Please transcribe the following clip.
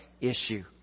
issue